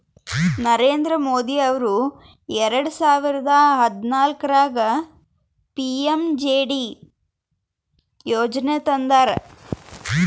ನರೇಂದ್ರ ಮೋದಿ ಅವರು ಎರೆಡ ಸಾವಿರದ ಹದನಾಲ್ಕರಾಗ ಪಿ.ಎಮ್.ಜೆ.ಡಿ ಯೋಜನಾ ತಂದಾರ